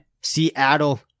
Seattle